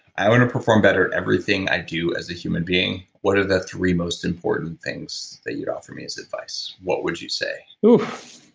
i want to perform better everything that i do as a human being. what are the three most important things that you'd offer me as advise. what would you say? oof.